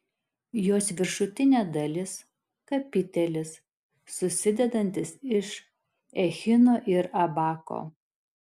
jos viršutinė dalis kapitelis susidedantis iš echino ir abako